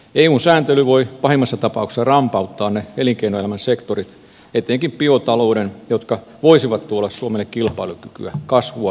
eun sääntely voi pahimmassa tapauksessa rampauttaa ne elinkeinoelämän sektorit etenkin biotalouden jotka voisivat tuoda suomelle kilpailukykyä kasvua ja työtä